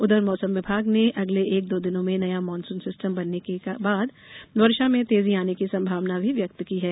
उधर मौसम विभाग ने अगले एक दो दिनों में नया मॉनसून सिस्टम बनने के बाद वर्षा में तेजी आने की संभावना भी व्यक्त की है